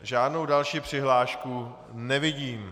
Žádnou další přihlášku nevidím.